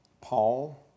Paul